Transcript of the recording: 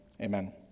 Amen